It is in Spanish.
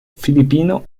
filipino